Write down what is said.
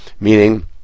Meaning